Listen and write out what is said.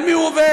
על מי הוא עובד?